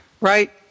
Right